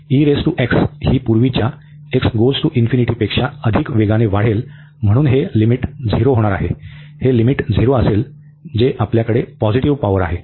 तर हे लिमिट येथे आहे कारण ही पूर्वीच्या पेक्षा अधिक वेगाने वाढेल म्हणून हे लिमिट झिरो होणार आहे हे लिमिट झिरो असेल जी आपल्याकडे पॉझिटिव्ह पॉवर आहे